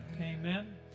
Amen